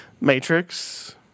Matrix